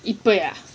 இப்பயா:ippayaa